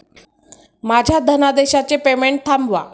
माझ्या धनादेशाचे पेमेंट थांबवा